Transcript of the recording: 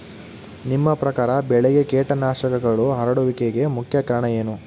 ನಿಮ್ಮ ಪ್ರಕಾರ ಬೆಳೆಗೆ ಕೇಟನಾಶಕಗಳು ಹರಡುವಿಕೆಗೆ ಮುಖ್ಯ ಕಾರಣ ಏನು?